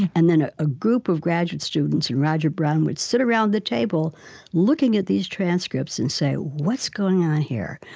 and then a ah group of graduate students and roger brown would sit around the table looking at these transcripts and say, what's going on here?